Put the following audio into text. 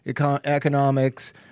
economics